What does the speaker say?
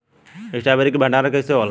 Strawberry के भंडारन कइसे होला?